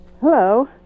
Hello